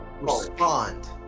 respond